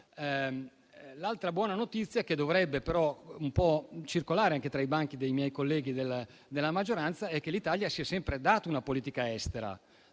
L'altra buona notizia, che dovrebbe però circolare anche tra i banchi dei miei colleghi della maggioranza, è che l'Italia si è sempre data una politica estera;